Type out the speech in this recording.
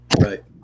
Right